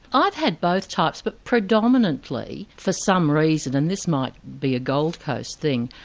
i've had both types, but predominantly for some reason, and this might be a gold coast thing,